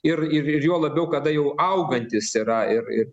ir ir juo labiau kada jau augantis yra ir ir